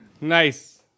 Nice